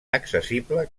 accessible